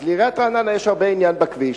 לעיריית רעננה יש הרבה עניין בכביש.